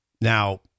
Now